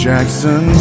Jackson